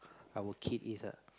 our kid is a